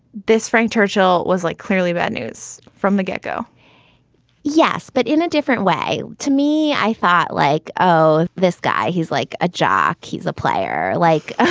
this frank churchill was like clearly bad news from the get go yes, but in a different way to me. i thought like, oh, this guy, he's like a jock. he's a player. like